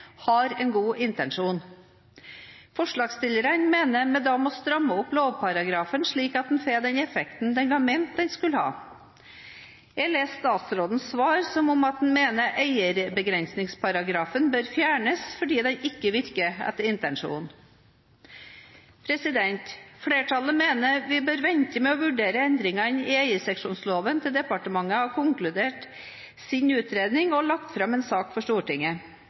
har en god intensjon. Forslagsstillerne mener vi da må stramme opp lovparagrafen slik at den får den effekten den var ment å ha. Jeg leser statsrådens svar som at han mener eierbegrensningsparagrafen bør fjernes fordi den ikke virker etter intensjonen. Flertallet mener vi bør vente med å vurdere endringene i eierseksjonsloven til departementet har konkludert når det gjelder utredningen, og lagt fram en sak for Stortinget.